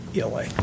ELA